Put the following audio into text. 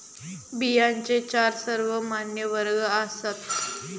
बियांचे चार सर्वमान्य वर्ग आसात